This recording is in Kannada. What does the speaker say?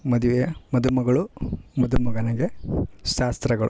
ಮದುವೆ ಮದುಮಗಳು ಮದುಮಗನಿಗೆ ಶಾಸ್ತ್ರಗಳು